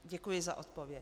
Děkuji za odpověď.